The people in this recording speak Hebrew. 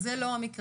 אז זה לא המקרה.